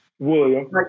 William